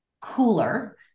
cooler